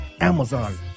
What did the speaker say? Amazon